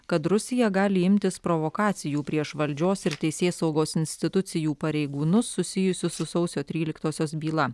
kad rusija gali imtis provokacijų prieš valdžios ir teisėsaugos institucijų pareigūnus susijusius su sausio tryliktosios byla